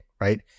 right